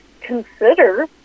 consider